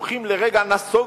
התומכים לרגע נסוגו.